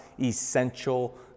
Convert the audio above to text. essential